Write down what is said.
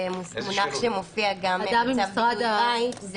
זה מונח שמופיע גם בצו בריאות העם,